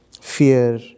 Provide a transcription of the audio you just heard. fear